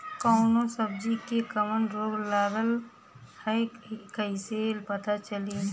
कौनो सब्ज़ी में कवन रोग लागल ह कईसे पता चली?